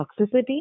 toxicity